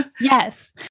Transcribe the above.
yes